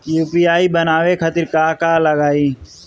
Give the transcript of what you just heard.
UPI बनावे खातिर का का लगाई?